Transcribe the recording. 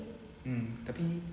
mm tapi